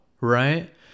right